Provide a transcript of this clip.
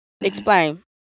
Explain